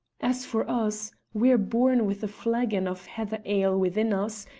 as for us, we're born with a flagon of heather ale within us,